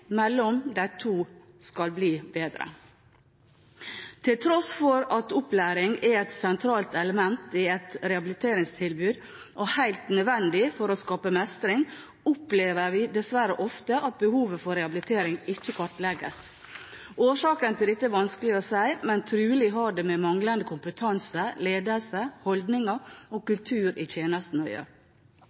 mellom de to skal bli bedre. Til tross for at opplæring er et sentralt element i et rehabiliteringstilbud og helt nødvendig for å skape mestring, opplever vi dessverre ofte at behovet for rehabilitering ikke kartlegges. Hva som er årsaken til dette er vanskelig å si, men trolig har det med manglende kompetanse, ledelse, holdninger og kultur i tjenesten å gjøre.